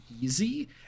easy